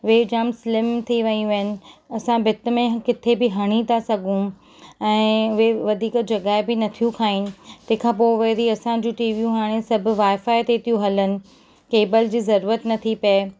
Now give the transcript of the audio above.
उहे जामु स्लिम थी वियूं आहिनि असां भिति में किथे भी हणी था सघूं ऐं वे वधीक जॻहि बि न थियूं खाइनि तंहिंखां पोइ वरी असांजी टीवियूं हाणे सभु वाई फ़ाई ते थियूं हलनि केबल जी ज़रूरत न थी पए